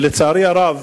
לצערי הרב,